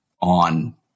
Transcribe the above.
on